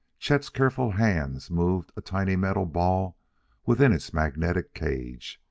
chet's careful hands moved a tiny metal ball within its magnetic cage,